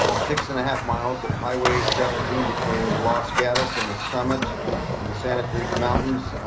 six and a half miles of highway seventeen between los gatos and the summit in the santa cruz mountains.